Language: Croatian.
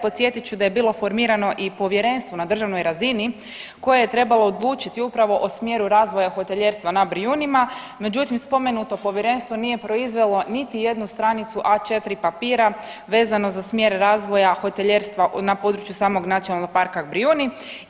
Podsjetit ću da je bilo formirano i povjerenstvo na državnoj razini koje je trebalo odlučiti upravo o smjeru razvoja hotelijerstva na Brijunima, međutim, spomenuto povjerenstvo nije proizvelo niti jednu stranicu A4 papira vezano za smjer razvoja hotelijerstva na području samog Nacionalnog parka Brijuni.